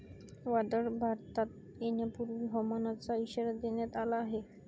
वादळ भारतात येण्यापूर्वी हवामानाचा इशारा देण्यात आला आहे